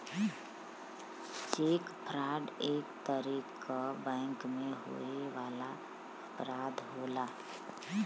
check fraud एक तरे क बैंक में होए वाला अपराध होला